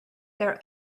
their